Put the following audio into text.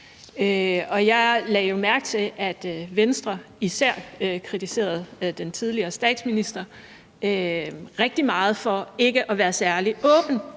Jeg lagde jo mærke til, at især Venstre kritiserede den tidligere statsminister rigtig meget for ikke at være særlig åben